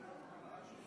מה התשובה?